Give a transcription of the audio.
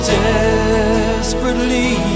desperately